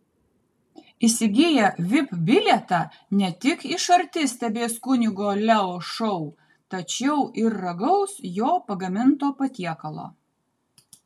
įsigiję vip bilietą ne tik iš arti stebės kunigo leo šou tačiau ir ragaus jo pagaminto patiekalo